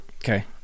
Okay